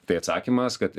tai atsakymas kad